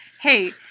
hey